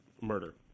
murder